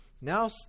Now